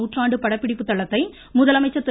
நாற்றாண்டு படப்பிடிப்பு தளத்தை முதலமைச்சர் திரு